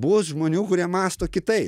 bus žmonių kurie mąsto kitaip